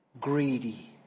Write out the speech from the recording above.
greedy